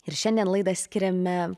ir šiandien laidą skiriame